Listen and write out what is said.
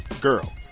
girl